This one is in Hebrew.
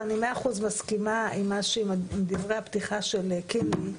ואני מאה אחוז מסכימה עם דברי הפתיחה של קינלי,